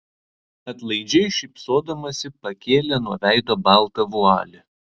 atlaidžiai šypsodamasi pakėlė nuo veido baltą vualį